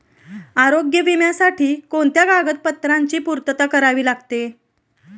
आरोग्य विम्यासाठी कोणत्या कागदपत्रांची पूर्तता करावी लागते?